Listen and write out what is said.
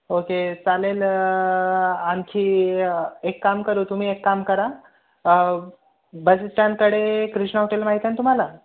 okay चालेल आणखी एक काम करू तुम्ही एक काम करा बस स्टॅंडकडे कृष्णा हॉटेल माहित आहे ना तुम्हाला